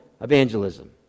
evangelism